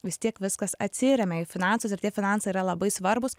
vis tiek viskas atsiremia į finansus ir tie finansai yra labai svarbūs